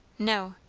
no.